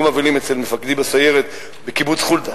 אבלים אצל מפקדי בסיירת בקיבוץ חולדה,